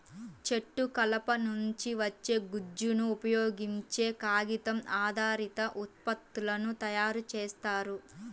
చెట్టు కలప నుంచి వచ్చే గుజ్జును ఉపయోగించే కాగితం ఆధారిత ఉత్పత్తులను తయారు చేస్తారు